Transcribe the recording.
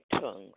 tongues